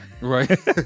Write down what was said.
Right